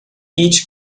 each